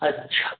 अच्छा